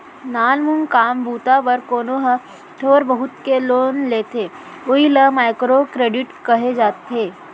नानमून काम बूता बर कोनो ह थोर बहुत के लोन लेथे उही ल माइक्रो करेडिट कहे जाथे